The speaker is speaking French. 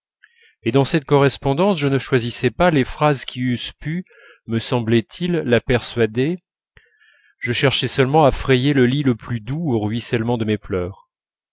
et dans cette correspondance je ne choisissais pas les phrases qui eussent pu me semblait-il la persuader je cherchais seulement à frayer le lit le plus doux au ruissellement de mes pleurs